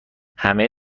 همه